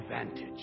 advantage